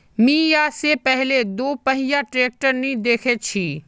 मी या से पहले दोपहिया ट्रैक्टर नी देखे छी